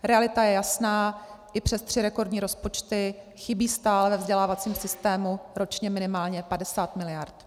Realita je jasná, i přes tři rekordní rozpočty chybí stále ve vzdělávacím systému ročně minimálně 50 miliard.